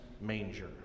manger